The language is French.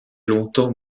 longtemps